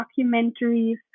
documentaries